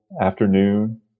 afternoon